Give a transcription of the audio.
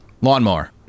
lawnmower